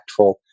impactful